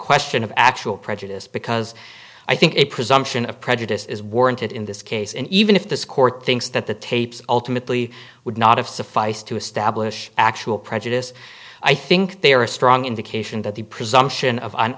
question of actual prejudice because i think a presumption of prejudice is warranted in this case and even if this court thinks that the tapes ultimately would not have sufficed to establish actual prejudice i think they are a strong indication that the presumption of